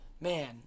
man